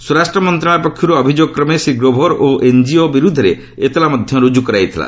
ସ୍ୱରାଷ୍ଟ୍ର ମନ୍ତ୍ରଣାଳୟପକ୍ଷରୁ ଅଭିଯୋଗ କ୍ମେ ଶ୍ରୀ ଗ୍ରୋଭର୍ ଓ ଏନ୍ଜିଓ ବିରୁଦ୍ଧରେ ଏତଲା ମଧ୍ୟ ରୁଜ୍ କରାଯାଇଥିଲା